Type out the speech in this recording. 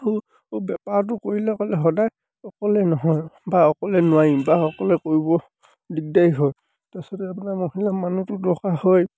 আৰু বেপাৰটো কৰিলে ক'লে সদায় অকলে নহয় বা অকলে নোৱাৰিম বা অকলে নোৱাৰিম বা অকলে কৰিব দিগদাৰী হয় তাৰপিছতে আপোনাৰ মহিলা মানুহটো দৰকাৰ হয়